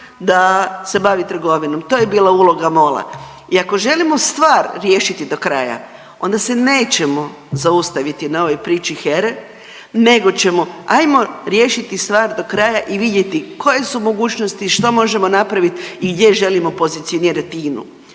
da se bavi trgovinom to je bila uloga MOL-a. I ako želimo stvar riješiti do kraja onda se nećemo zaustaviti na ovoj priči HERA-e nego ćemo, ajmo riješiti stvar do kraja i vidjeti koje su mogućnosti što možemo napravit i gdje želimo pozicionirati INA-u.